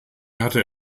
hatte